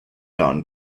dawn